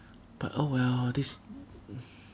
but oh well this